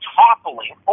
toppling